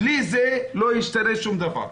בלי זה לא ישתנה שום דבר.